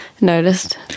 noticed